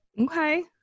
Okay